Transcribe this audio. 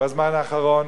בזמן האחרון.